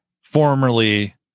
formerly